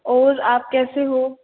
और आप कैसे हो